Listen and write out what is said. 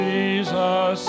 Jesus